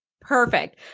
Perfect